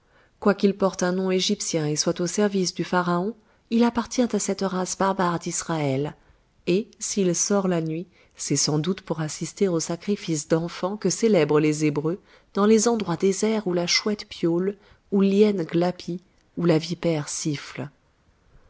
quoiqu'il porte un nom égyptien et soit au service du pharaon il appartient à cette race barbare d'israël et s'il sort la nuit c'est sans doute pour assister aux sacrifices d'enfants que célèbrent les hébreux dans les endroits déserts où la chouette piaule où l'hyène glapit où la vipère siffle